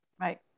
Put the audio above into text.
right